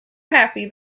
happy